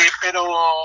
pero